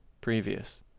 previous